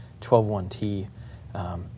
12.1T